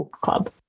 club